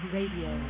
Radio